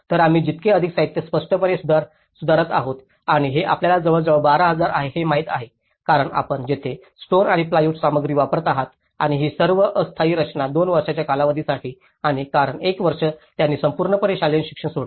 तर आम्ही जितके अधिक साहित्य स्पष्टपणे सुधारत आहोत आणि हे आपल्याला जवळजवळ 12000 आहे हे माहित आहे कारण आपण येथे स्टोन आणि प्लायवुड सामग्री वापरत आहात आणि ही सर्व अस्थायी रचना 2 वर्षांच्या कालावधीसाठी आणि कारण 1 वर्ष त्यांनी पूर्णपणे शालेय शिक्षण सोडले